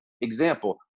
Example